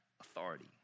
authority